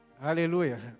hallelujah